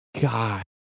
God